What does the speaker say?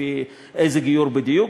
לפי איזה גיור בדיוק,